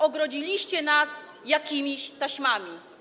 Ogrodziliście nas jakimiś taśmami.